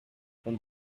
from